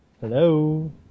Hello